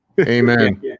Amen